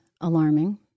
alarming